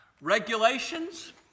Regulations